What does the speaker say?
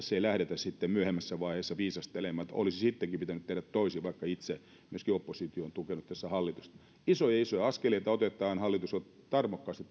lähdetä sitten myöhemmässä vaiheessa viisastelemaan että olisi sittenkin pitänyt tehdä toisin vaikka itse myöskin oppositio on tukenut tässä hallitusta isoja isoja askeleita otetaan hallitus on tarmokkaasti